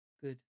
Good